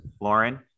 Lauren